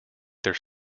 their